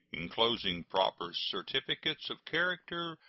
inclosing proper certificates of character,